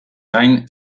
gain